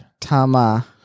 Tama